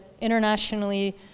internationally